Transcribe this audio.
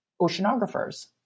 oceanographers